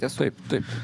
taip taip